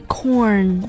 Corn